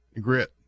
Grit